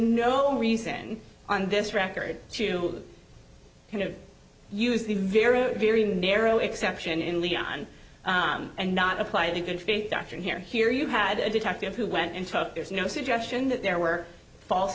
no reason on this record to kind of use the vero very narrow exception in leon and not apply the good faith doctrine here here you had a detective who went and talked there's no suggestion that there were false